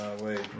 wait